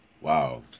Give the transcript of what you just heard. Wow